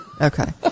Okay